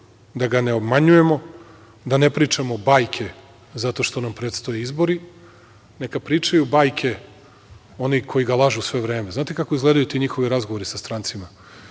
da ga ne obmanjujemo, da ne pričamo bajke zato što nam predstoje izbori. Neka pričaju bajke oni koji ga lažu sve vreme. Znate kako izgledaju ti njihovi razgovori sa strancima?